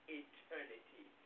eternity